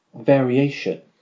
variation